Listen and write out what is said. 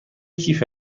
کیف